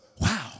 wow